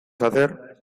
hacer